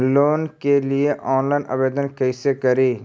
Loan के लिये online आवेदन कैसे करि?